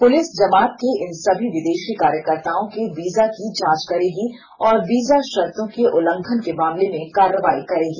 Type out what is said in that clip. police Jamaat के इन सभी विदेशी कार्यकर्ताओं के वीजा की जांच करेगी और वीजा शर्तो के उल्लंघन के मामले में कार्रवाई करेगी